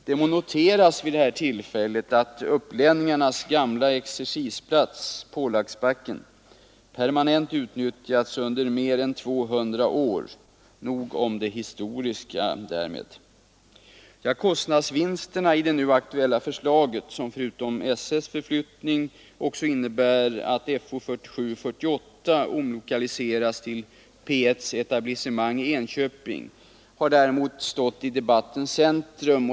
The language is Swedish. Det må noteras vid detta tillfälle att upplänningarnas gamla exercisplats — Polacksbacken — permanent utnyttjats under mer än två hundra år. Nog om det historiska därmed. Kostnadsbesparingarna i det nu aktuella förslaget — som förutom § 1:s flyttning också innebär att Fo 47/48 omlokaliseras till P 1:s etablissement i Enköping — har däremot stått i debattens centrum.